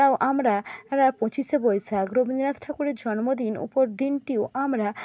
রাও আমরা রা পঁচিশে বৈশাখ রবীন্দ্রনাথ ঠাকুরের জন্মদিন উপর দিনটিও আমরা